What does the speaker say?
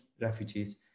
refugees